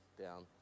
down